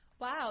Wow